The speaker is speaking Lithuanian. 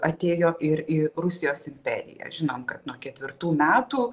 atėjo ir į rusijos imperiją žinom kad nuo ketvirtų metų